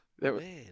Man